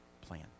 plan